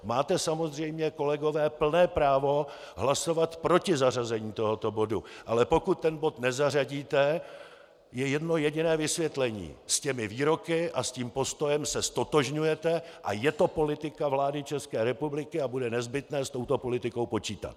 Máte samozřejmě, kolegové, plné právo hlasovat proti zařazení tohoto bodu, ale pokud ten bod nezařadíte, je jedno jediné vysvětlení: S těmi výroky a s tím postojem se ztotožňujete a je to politika vlády České republiky a bude nezbytné s touto politikou počítat.